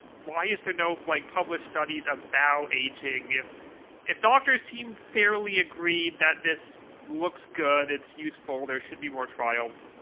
why is there no like published studies about aging? if if doctors seem fairly agreed that this looks good, it's useful, there should be more trials.